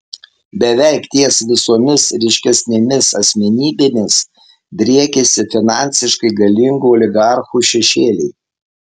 beveik ties visomis ryškesnėmis asmenybėmis driekiasi finansiškai galingų oligarchų šešėliai